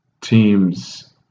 teams